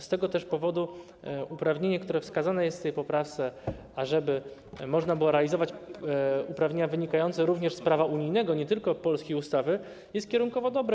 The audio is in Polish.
Z tego też powodu uprawnienie wskazane w tej poprawce, ażeby można było realizować uprawnienia wynikające również z prawa unijnego, a nie tylko polskiej ustawy, jest kierunkowo dobre.